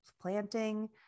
planting